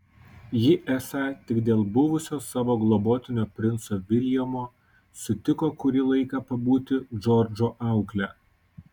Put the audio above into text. ji esą tik dėl buvusio savo globotinio princo viljamo sutiko kurį laiką pabūti džordžo aukle